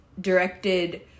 directed